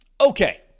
Okay